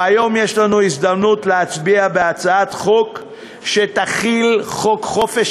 והיום יש לנו הזדמנות להצביע בהצעת חוק שתחיל את חוק חופש